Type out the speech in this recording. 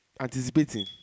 Anticipating